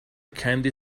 candy